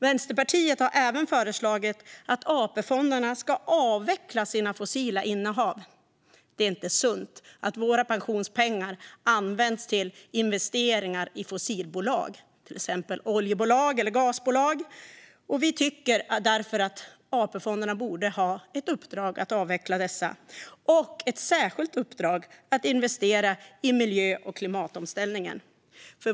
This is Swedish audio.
Vänsterpartiet har även föreslagit att AP-fonderna ska avveckla sina fossila innehav. Det är inte sunt att våra pensionspengar används till investeringar i fossilbolag, till exempel oljebolag eller gasbolag, och vi tycker därför att AP-fonderna borde ha ett uppdrag att avveckla dessa och ett särskilt uppdrag att investera i miljö och klimatomställningen.